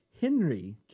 Henry